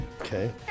Okay